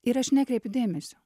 ir aš nekreipiu dėmesio